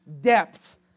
depth